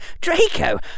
Draco